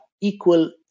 equal